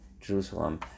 Jerusalem